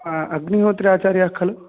अग्निहोत्र आचार्याः खलु